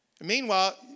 Meanwhile